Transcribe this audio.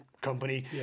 company